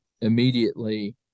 immediately